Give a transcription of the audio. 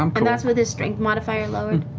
um and that's with his strength modifier lowered?